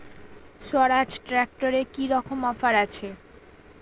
স্বরাজ ট্র্যাক্টরে কি রকম অফার আছে?